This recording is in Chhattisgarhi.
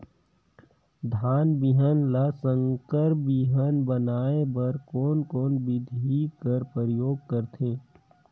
धान बिहान ल संकर बिहान बनाय बर कोन कोन बिधी कर प्रयोग करथे?